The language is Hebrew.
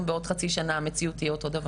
בעוד חצי שנה המציאות תהיה אותו דבר.